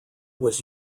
was